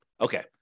Okay